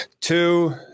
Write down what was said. two